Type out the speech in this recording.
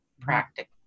practical